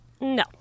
No